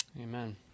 Amen